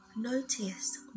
Notice